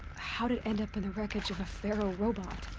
how'd it end up in the wreckage of a faro robot.